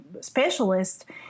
specialist